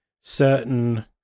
certain